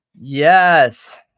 yes